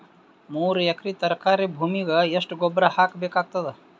ಮೂರು ಎಕರಿ ತರಕಾರಿ ಭೂಮಿಗ ಎಷ್ಟ ಗೊಬ್ಬರ ಹಾಕ್ ಬೇಕಾಗತದ?